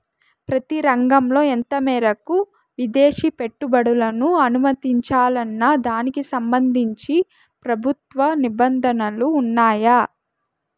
ప్రతి రంగంలో ఎంత మేరకు విదేశీ పెట్టుబడులను అనుమతించాలన్న దానికి సంబంధించి ప్రభుత్వ నిబంధనలు ఉన్నాయా?